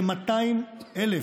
כ-200,000